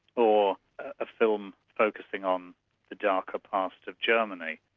or a film focusing on the darker past of germany,